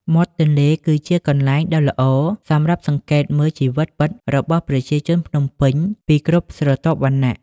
មាត់ទន្លេគឺជាកន្លែងដ៏ល្អសម្រាប់សង្កេតមើល "ជីវិតពិត" របស់ប្រជាជនភ្នំពេញពីគ្រប់ស្រទាប់វណ្ណៈ។